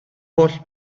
holl